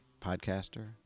podcaster